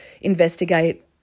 investigate